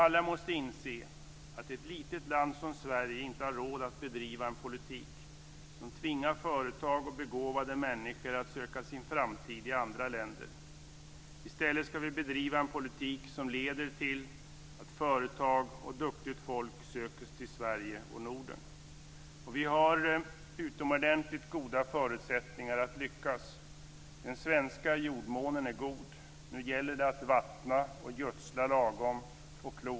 Alla måste inse att ett litet land som Sverige inte har råd att bedriva en politik som tvingar företag och begåvade människor att söka sin framtid i andra länder. I stället ska vi bedriva en politik som leder till att företag och duktigt folk söker sig till Sverige och Vi har utomordentligt goda förutsättningar att lyckas. Den svenska jordmånen är god.